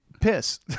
Piss